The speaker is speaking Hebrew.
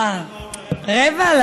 אה, רבע?